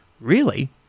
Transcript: Really